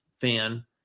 fan